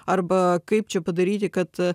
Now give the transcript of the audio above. arba kaip čia padaryti kad